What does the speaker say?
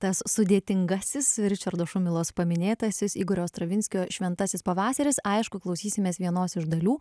tas sudėtingasis ričardo šumilos paminėtasis igorio stravinskio šventasis pavasaris aišku klausysimės vienos iš dalių